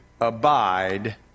abide